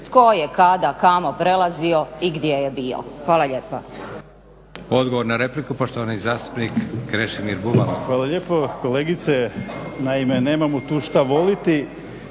tko je kada, kamo prelazio i gdje je bio. Hvala lijepo.